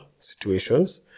situations